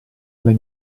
alle